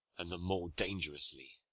and the more dangerously,